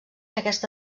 aquesta